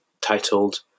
titled